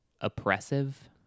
oppressive